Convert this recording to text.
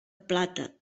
plata